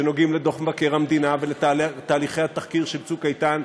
שנוגעים בדוח מבקר המדינה ובתהליכי התחקיר של צוק איתן,